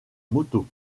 moto